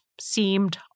seemed